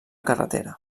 carretera